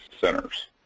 centers